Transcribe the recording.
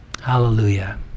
Hallelujah